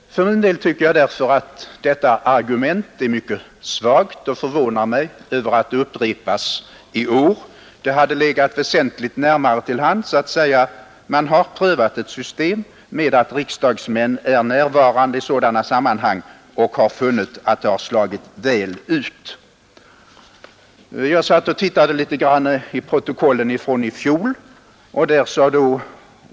För min del tycker jag därför att det nämnda argumentet är mycket svagt, och det förvånar mig att det har upprepats i år. Det hade legat väsentligt närmare till hands att säga att man har prövat ett system som innebär, att riksdagsmän är närvarande i de sammanhang det här gäller och att man funnit att det har slagit väl ut. Jag har tittat litet i protokollet från i fjol.